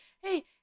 hey